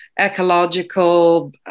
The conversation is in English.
ecological